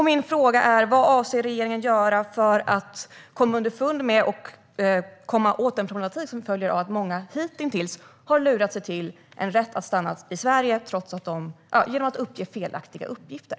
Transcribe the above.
Min fråga är: Vad avser regeringen att göra för att komma underfund med och komma åt den problematik som följer av att många hitintills har lurat sig till en rätt att stanna i Sverige genom att uppge felaktiga uppgifter?